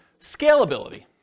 Scalability